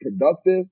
productive